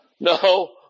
No